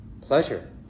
pleasure